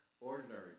Ordinary